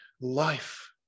life